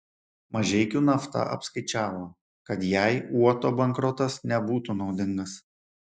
mažeikių nafta apskaičiavo kad jai uoto bankrotas nebūtų naudingas